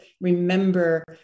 remember